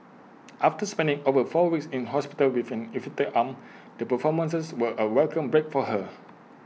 after spending over four weeks in hospital with an infected arm the performances were A welcome break for her